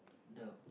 the